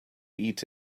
eat